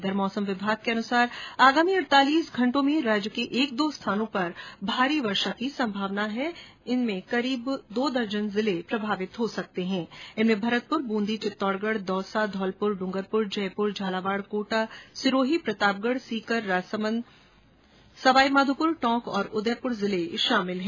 उधर मौसम विभाग के अनुसार आगामी अड़तालीस घंटों में राज्य के एक दो स्थानों पर भारी बरसात की संभावना है जिससे करीब दो दर्जन जिले प्रभावित हो सकते हैं इनमें भरतपुर बूंदी चित्तौड़गढ दौसा धौलपुर ड्रंगरपुर जयपुर झालावाड़ कोटा सिरोही प्रतापमगढ सीकर राजसमंद सवाईमाधोपुर टोंक एवं उदयपुर शामिल है